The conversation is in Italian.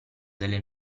delle